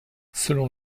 selon